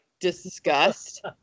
disgust